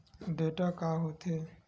Data का होथे?